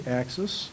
axis